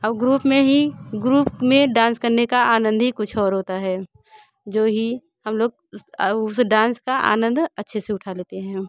और ग्रुप में ही ग्रुप में डांस करने का आनंद ही कुछ और होता है जो ही हम लोग उस डांस का आनंद अच्छे से उठा लेते हैं